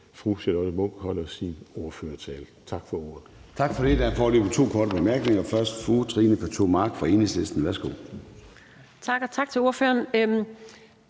fru Charlotte Munch holder sin ordførertale. Tak for ordet.